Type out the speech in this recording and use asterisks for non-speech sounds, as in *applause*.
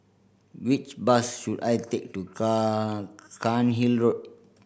which bus should I take to *unintelligible* Cairnhill Road